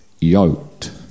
yoked